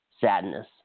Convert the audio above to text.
sadness